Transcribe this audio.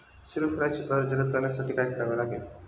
सूर्यफुलाची बहर जलद करण्यासाठी काय करावे लागेल?